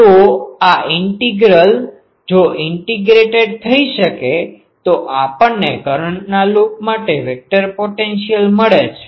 તો આ ઇન્ટિગ્રલ જો ઇન્ટિગ્રેટેડ થઈ શકે તો આપણને કરંટના લૂપ માટે વેક્ટર પોટેન્શિઅલ મળે છે